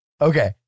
Okay